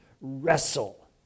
wrestle